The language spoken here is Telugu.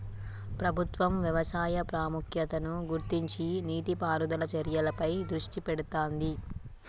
ప్రభుత్వం వ్యవసాయ ప్రాముఖ్యతను గుర్తించి నీటి పారుదల చర్యలపై దృష్టి పెడుతాంది